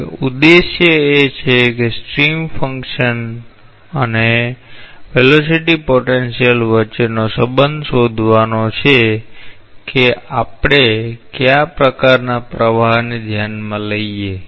હવે ઉદ્દેશ્ય એ છે કે સ્ટ્રીમ ફંક્શન અને વેગ પોટેન્શિયલ વચ્ચેનો સંબંધ શોધવાનો છે કે આપણે કયા પ્રકારના પ્રવાહને ધ્યાનમાં લઈએ